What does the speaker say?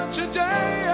today